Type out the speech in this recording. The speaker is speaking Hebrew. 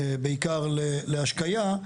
בעיקר לצורך השימוש של השקיה,